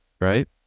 right